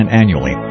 annually